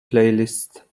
playlist